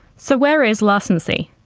so where is larsen c?